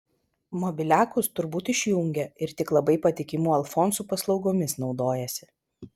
mobiliakus tur būt išjungia ir tik labai patikimų alfonsų paslaugomis naudojasi